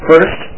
First